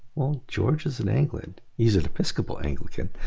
well george is an anglican. he's an episcopal anglican.